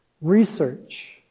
research